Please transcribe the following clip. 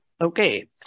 Okay